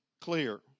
clear